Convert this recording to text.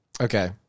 Okay